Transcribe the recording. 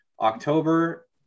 October